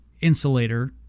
insulator